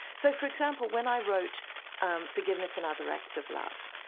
so for example when i wrote um forgiveness and other acts of love,